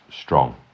strong